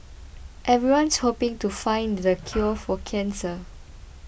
everyone's hoping to find the cure for cancer